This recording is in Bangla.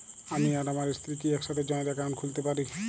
আমি আর আমার স্ত্রী কি একসাথে জয়েন্ট অ্যাকাউন্ট খুলতে পারি?